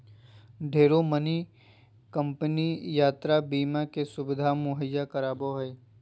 ढेरे मानी कम्पनी यात्रा बीमा के सुविधा मुहैया करावो हय